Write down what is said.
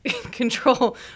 control